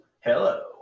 hello